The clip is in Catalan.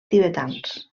tibetans